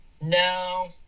no